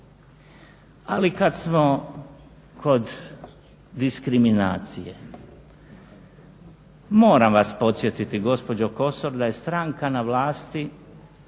Ali kad smo kod diskriminacije moram vas podsjetiti gospođo Kosor da je stranka na vlasti